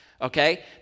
okay